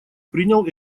принял